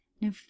No